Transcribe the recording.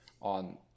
on